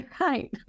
right